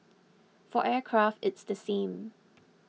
for aircraft it's the same